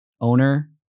Owner